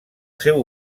seu